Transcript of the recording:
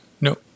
No